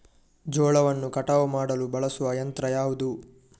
ಜೋಳವನ್ನು ಕಟಾವು ಮಾಡಲು ಬಳಸುವ ಯಂತ್ರ ಯಾವುದು?